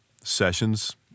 Sessions